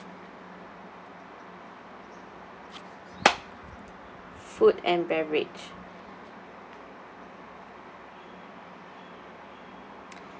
food and beverage